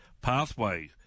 pathway